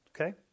Okay